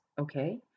okay